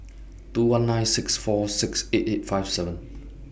two one nine six four six eight eight five seven